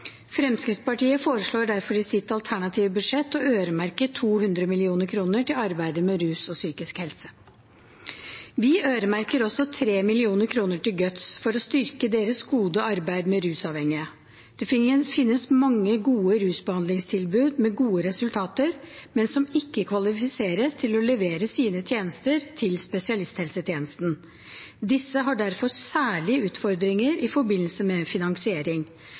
Fremskrittspartiet foreslår derfor i sitt alternative budsjett å øremerke 200 mill. kr til arbeidet med rus og psykisk helse. Vi øremerker også 3 mill. kr til Guts for å styrke deres gode arbeid med rusavhengige. Det finnes mange gode rusbehandlingstilbud, med gode resultater, men som ikke kvalifiserer til å levere sine tjenester til spesialisthelsetjenesten. Disse har derfor særlige utfordringer i forbindelse med finansiering.